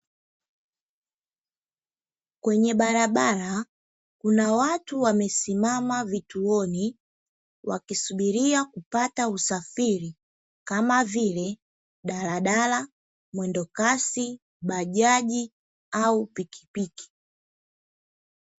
Kwenye barabara kuna watu wamesimama vituoni wakisubiria kupata usafiri, kama vile: daladala, mwendokasi, bajaji au pikipiki.